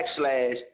backslash